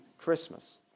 Christmas